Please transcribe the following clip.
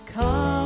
Come